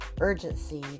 urgency